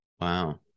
Wow